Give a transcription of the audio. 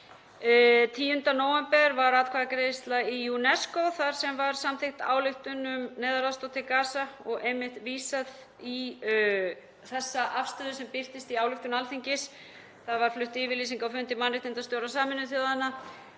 10. nóvember var atkvæðagreiðsla í UNESCO þar sem var samþykkt ályktun um neyðaraðstoð til Gaza og einmitt vísað í þessa afstöðu sem birtist í ályktun Alþingis. Það var flutt yfirlýsing á fundi mannréttindastjóra Sameinuðu þjóðanna